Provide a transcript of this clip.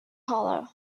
hollow